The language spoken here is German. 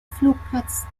flugplatz